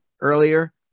earlier